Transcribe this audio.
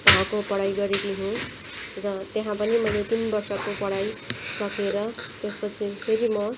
तहको पढाइ गरेकी हुँ र त्यहाँ पनि मैले तिन वर्षको पढाइ सकेर त्यसपछि फेरि म